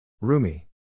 Rumi